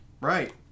Right